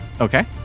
Okay